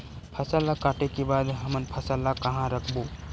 फसल ला काटे के बाद हमन फसल ल कहां रखबो?